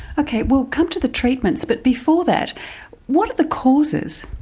okay, we'll come to the treatments but before that what are the causes?